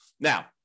Now